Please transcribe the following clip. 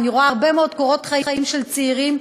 ואני רואה הרבה מאוד קורות חיים של צעירים,